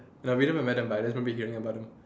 met them but I never anybody